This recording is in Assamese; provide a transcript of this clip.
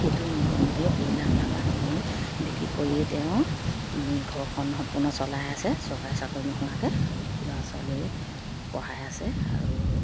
সেইটো ইনকামতে ব্ৰইলাৰ বা পানী বিক্ৰী কৰিয়েই তেওঁ ঘৰখন সম্পূৰ্ণ চলাই আছে চৰকাৰে চাকৰি নোহোৱাকৈ ল'ৰা ছোৱালী পঢ়াই আছে আৰু